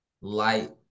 light